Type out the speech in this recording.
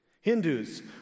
Hindus